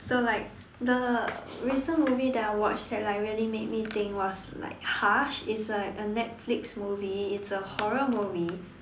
so like the recent movie that I watched that like really made me think was like Hush it's like a Netflix movie it's a horror movie